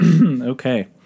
Okay